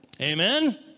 Amen